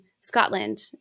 scotland